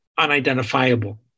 unidentifiable